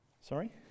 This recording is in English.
Sorry